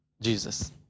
Jesus